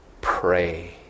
PRAY